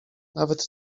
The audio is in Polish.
nawet